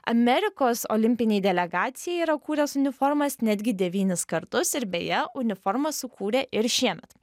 amerikos olimpinei delegacijai yra kūręs uniformas netgi devynis kartus ir beje uniformas sukūrė ir šiemet